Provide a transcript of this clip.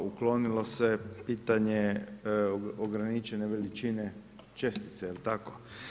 Uklonilo se pitanje ograničene veličine čestice, jel tako?